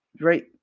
right